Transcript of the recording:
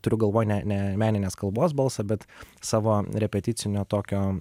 turiu galvoj ne ne meninės kalbos balsą bet savo repeticinio tokio